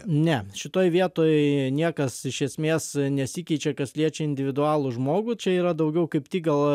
ne šitoj vietoj niekas iš esmės nesikeičia kas liečia individualų žmogų čia yra daugiau kaip tik gal